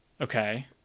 Okay